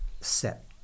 set